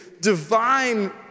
divine